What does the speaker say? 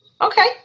Okay